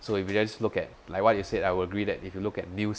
so if you just look at like what you said I would agree that if you look at news